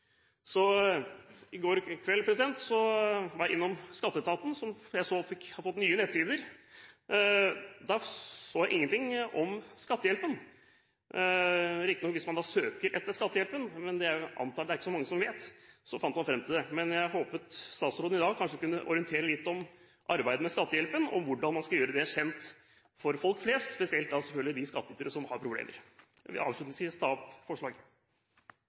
så hadde fått nye nettsider. Jeg så ingenting om Skattehjelpen. Hvis man søker på «Skattehjelpen» – men det er å anta at det ikke er så mange som vet om den – finner man riktignok fram til den. Jeg håper statsråden i dag kanskje kan orientere litt om arbeidet med Skattehjelpen, og om hvordan man skal gjøre den kjent for folk flest – spesielt, selvfølgelig, for de skattytere som har problemer. Jeg vil avslutningsvis ta opp forslaget